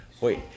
Wait